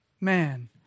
man